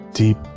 Deep